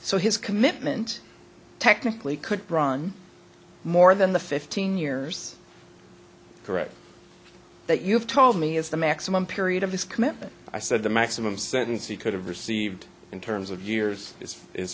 so his commitment technically could run more than the fifteen years correct that you've told me is the maximum period of his commitment i said the maximum sentence he could have received in terms of years is is